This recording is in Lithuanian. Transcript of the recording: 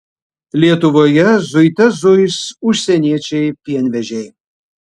lietuvoje zuite zuis užsieniečiai pienvežiai